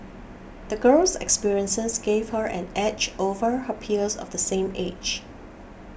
the girl's experiences gave her an edge over her peers of the same age